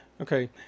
Okay